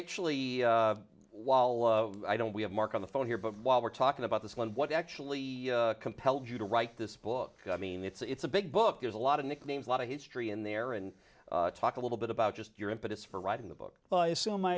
actually while i don't we have mark on the phone here but while we're talking about this one what actually compelled you to write this book i mean it's a big book there's a lot of nicknames a lot of history in there and talk a little bit about just your impetus for writing the book but i assume